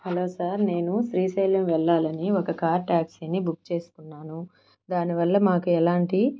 hello sir నేను శ్రీశైలం వెళ్ళాలని ఒక కార్ ట్యాక్సీని బుక్ చేసుకున్నాను దాని వల్ల మాకు ఎలాంటి